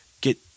get